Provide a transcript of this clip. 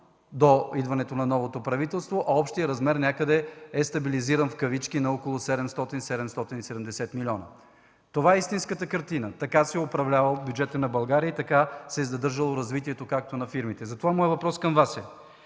до идването на новото правителство, а общият размер е „стабилизиран” на около 700-770 милиона. Това е истинската картина. Така се е управлявал бюджетът на България и така се е задържало развитието на фирмите. Затова моят въпрос към Вас